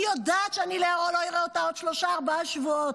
אני יודעת שאני לא אראה אותה עוד שלושה-ארבעה שבועות.